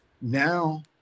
Now